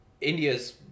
India's